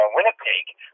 Winnipeg